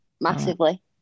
massively